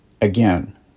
Again